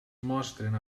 mostren